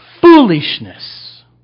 foolishness